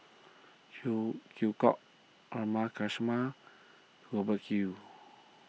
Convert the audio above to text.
Phey Yew Kok Haresh Sharma Hubert Hill